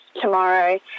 tomorrow